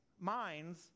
minds